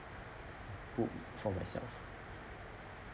put for myself